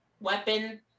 weapon